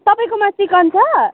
तपाईँकोमा चिकन छ